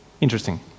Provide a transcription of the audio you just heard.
Interesting